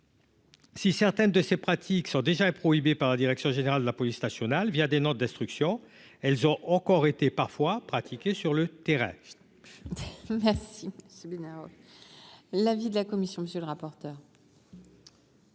Si certaines de ces pratiques sont déjà est prohibé par la direction générale de la police nationale via des notes destructions, elles ont encore été parfois pratiqué sur le terrain. Merci, c'est bien l'avis de la commission, monsieur le rapporteur.